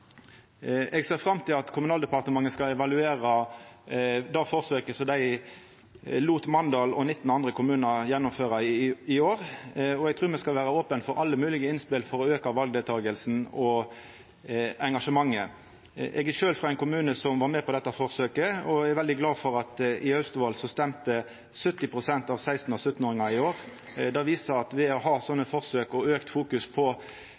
Eg ser fram til at Kommunaldepartementet skal evaluera det forsøket som dei lét Mandal og 19 andre kommunar gjennomføra i år, og eg trur me skal vera opne for alle moglege innspel for å auka valdeltakinga og engasjementet. Eg er sjølv frå ein kommune som var med på dette forsøket, og eg er veldig glad for at i Austevoll stemte 70 pst. av 16- og 17-åringane i år. Det viser at det å ha sånne forsøk og auka fokuseringa på